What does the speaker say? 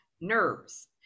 nerves